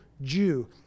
Jew